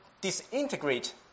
disintegrate